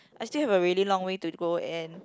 I still have a really long way to go and